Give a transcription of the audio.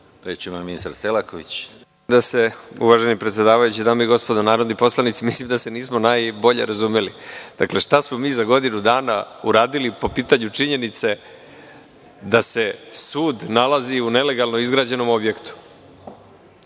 **Nikola Selaković** Uvaženi predsedavajući, dame i gospodo narodni poslanici, mislim da se nismo najbolje razumeli. Dakle, šta smo mi za godinu dana uradili po pitanju činjenice da se sud nalazi u nelegalno izgrađenom objektu?